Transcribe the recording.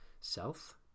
self